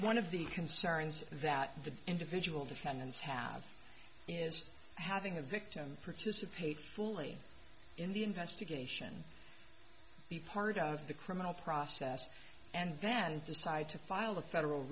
one of the concerns that the individual defendants have is having the victim participate fully in the investigation be part of the criminal process and then decide to file the federal